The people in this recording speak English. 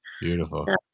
beautiful